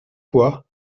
fois